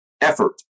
effort